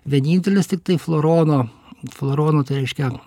vienintelis tiktai florono flarono tai reiškia